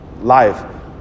life